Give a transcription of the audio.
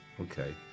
okay